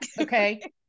okay